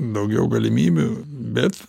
daugiau galimybių bet